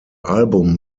album